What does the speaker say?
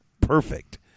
perfect